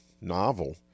novel